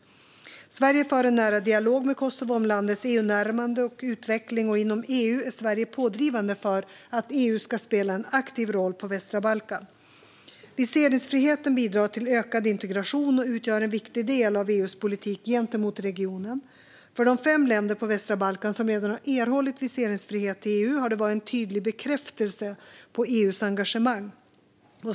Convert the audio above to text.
Sverige för en nära dialog med Kosovo om landets EU-närmande och utveckling. Inom EU är Sverige pådrivande för att EU ska spela en aktiv roll på västra Balkan. Viseringsfriheten bidrar till ökad integration och utgör en viktig del av EU:s politik gentemot regionen. För de fem länder på västra Balkan som redan har erhållit viseringsfrihet till EU har det varit en tydlig bekräftelse på EU:s engagemang.